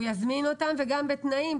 הוא יזמין אותן וגם בתנאים.